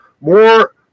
more